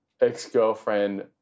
ex-girlfriend